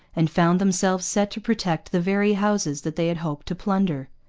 and found themselves set to protect the very houses that they had hoped to plunder.